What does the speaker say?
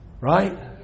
Right